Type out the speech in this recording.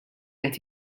qed